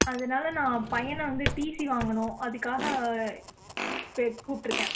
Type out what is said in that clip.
அதனால நான் பையனை வந்து டிசி வாங்கணும் அதுக்காக பெ கூப்பிட்ருக்கேன்